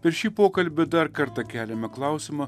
per šį pokalbį dar kartą keliame klausimą